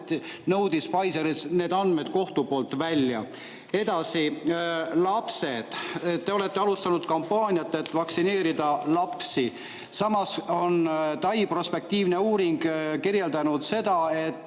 nõudis Pfizerist need andmed kohtu poolt välja. Edasi, lapsed. Te olete alustanud kampaaniat, et vaktsineerida lapsi. Samas on Tais tehtud prospektiivne uuring kirjeldanud seda, et